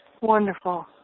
wonderful